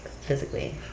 physically